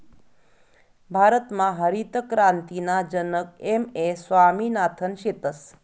भारतमा हरितक्रांतीना जनक एम.एस स्वामिनाथन शेतस